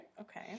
Okay